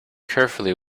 carefully